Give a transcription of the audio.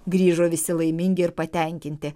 grįžo visi laimingi ir patenkinti